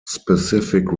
specific